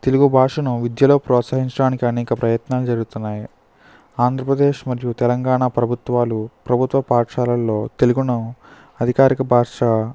తెలుగు భాషను విద్యలో ప్రోత్సహించడానికి అనేక ప్రయత్నాలు జరుగుతున్నాయి ఆంధ్రప్రదేశ్ మరియు తెలంగాణ ప్రభుత్వాలు ప్రభుత్వ పాఠశాలలో తెలుగును అధికారిక భాషా